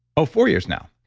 oh, four years now.